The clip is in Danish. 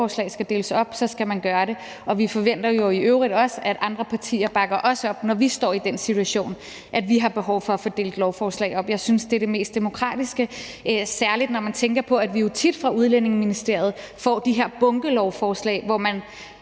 lovforslag skal deles op, så skal man gøre det. Vi forventer i øvrigt også, at andre partier bakker os op, når vi står i den situation, at vi har behov for at få delt lovforslag op. Jeg synes, det er det mest demokratiske, særlig når man tænker på, at vi tit fra Udlændinge- og Integrationsministeriet får de her bunkelovforslag, hvor man